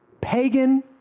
Pagan